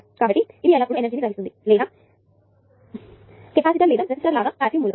కాబట్టి ఇది ఎల్లప్పుడూ ఎనర్జీ ని గ్రహిస్తుంది మరియు కెపాసిటర్ లేదా రెసిస్టర్ లాగా పాసివ్ మూలకం